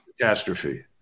catastrophe